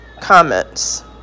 comments